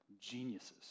geniuses